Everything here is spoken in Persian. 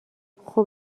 خوب